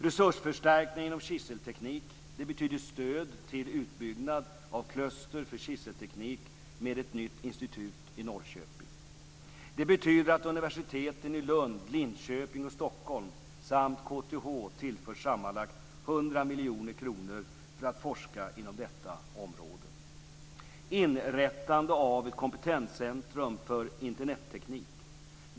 Resursförstärkning inom kiselteknik betyder stöd till utbyggnad av kluster för kiselteknik med ett nytt institut i Norrköping. Det betyder att universiteten i Lund, Linköping och Stockholm samt KTH tillförs sammanlagt 100 miljoner kronor för att forska inom detta område. Det sker ett inrättande av ett kompetenscentrum för Internetteknik.